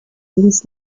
was